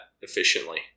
efficiently